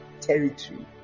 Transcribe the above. territory